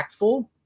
impactful